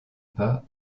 pas